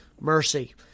Mercy